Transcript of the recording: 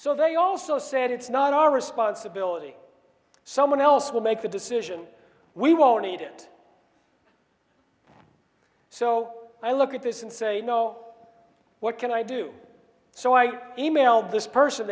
so they also said it's not our responsibility someone else will make the decision we won't eat it so i look at this and say no what can i do so i emailed this person